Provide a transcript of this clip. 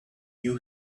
you